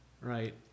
Right